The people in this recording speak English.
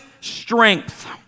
strength